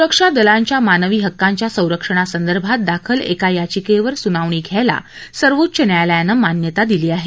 सुरक्षा दलांच्या मानवी हक्कांच्या संरक्षणासंदर्भात दाखल एका याचिकेवर सुनावणी घ्यायला सर्वोच्च न्यायालयानं मान्यता दिली आहे